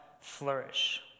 flourish